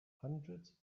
hundreds